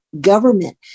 government